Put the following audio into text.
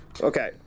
Okay